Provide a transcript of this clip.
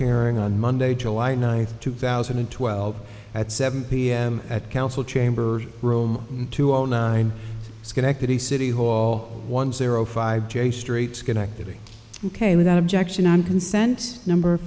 hearing on monday july ninth two thousand and twelve at seven p m at council chambers room into all nine schenectady city hall one zero five j street schenectady ok without objection on consent number